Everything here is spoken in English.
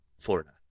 Florida